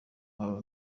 nkaba